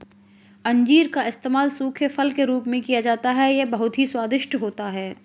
अंजीर का इस्तेमाल सूखे फल के रूप में किया जाता है यह बहुत ही स्वादिष्ट होता है